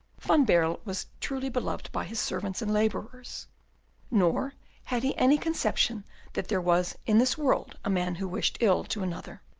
van baerle was truly beloved by his servants and labourers nor had he any conception that there was in this world a man who wished ill to another.